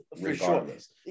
regardless